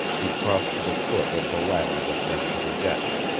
he crossed to the foot of the ladder that led to the deck.